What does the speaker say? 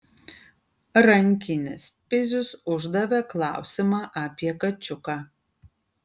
rankinis pizius uždavė klausimą apie kačiuką